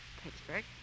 Pittsburgh